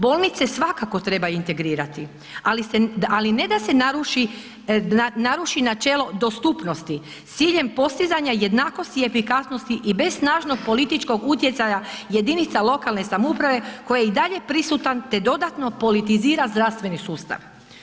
Bolnice svakako treba integrirati, ali ne da se naruši načelo dostupnosti s ciljem postizanja jednakosti i efikasnosti i bez snažnog političkog utjecaja jedinica lokalne samouprave koje i dalje prisutan te dodatno politizira zdravstveni sustav.